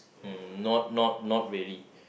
mm not not not really